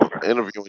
interviewing